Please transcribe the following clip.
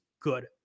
good